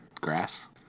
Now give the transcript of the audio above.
Grass